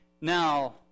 Now